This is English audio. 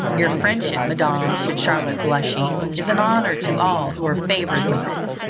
your friendship, madam, said charlotte blushing, is an honour to all who are favoured with it.